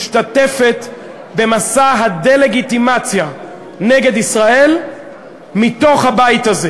משתתפת במסע הדה-לגיטימציה נגד ישראל מתוך הבית הזה